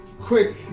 quick